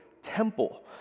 temple